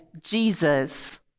Jesus